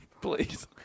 please